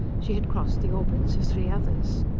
she had crossed the orbits of three others.